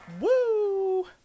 Woo